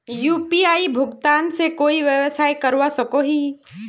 UPI भुगतान से कोई व्यवसाय करवा सकोहो ही?